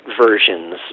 versions